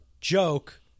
joke